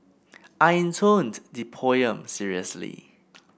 I intoned the poem seriously